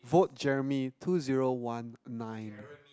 vote Jeremy two zero one nine